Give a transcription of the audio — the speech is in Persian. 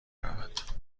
رود